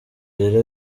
rero